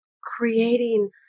creating